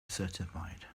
certified